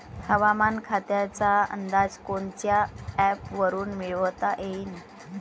हवामान खात्याचा अंदाज कोनच्या ॲपवरुन मिळवता येईन?